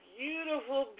beautiful